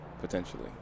Potentially